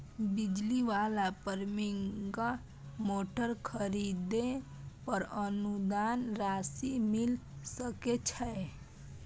बिजली वाला pumping motor खरीदे पर अनुदान राशि मिल सके छैय?